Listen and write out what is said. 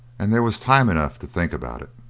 and there was time enough to think about it.